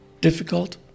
Difficult